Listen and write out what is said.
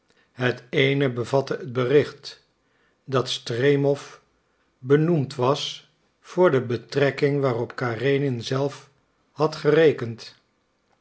het eene bevatte het bericht dat stremow benoemd was voor de betrekking waarop karenin zelf had gerekend